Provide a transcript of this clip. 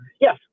yes